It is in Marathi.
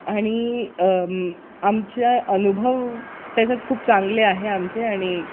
आणि आमचा अनुभव त्याच्यात खूप चांगले आहे आमचे आणि